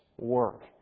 work